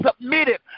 submitted